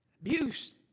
abuse